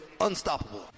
unstoppable